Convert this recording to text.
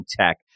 tech